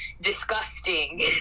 disgusting